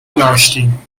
میداشتیم